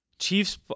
Chiefs